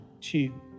two